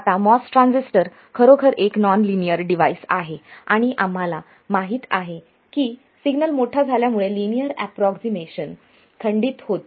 आता MOS transistor खरोखर एक नॉन लिनियर डिव्हाइस आहे आणि आम्हाला माहित आहे की सिग्नल मोठा झाल्यामुळे लिनियर अप्रॉक्सीमेशन खंडित होते